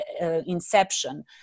inception